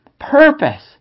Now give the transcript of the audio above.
Purpose